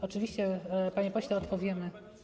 Oczywiście, panie pośle, odpowiemy.